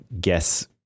guess